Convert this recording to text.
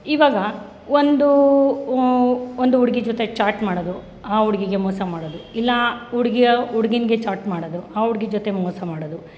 ಇವಾಗ ಒಂದು ಒಂದು ಹುಡುಗಿ ಜೊತೆ ಚಾಟ್ ಮಾಡೋದು ಆ ಹುಡುಗಿಗೆ ಮೋಸ ಮಾಡೋದು ಇಲ್ಲ ಹುಡುಗಿಯ ಹುಡುಗನ್ಗೆ ಚಾಟ್ ಮಾಡೋದು ಆ ಹುಡುಗಿ ಜೊತೆ ಮೋಸ ಮಾಡೋದು